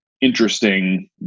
interesting